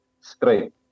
straight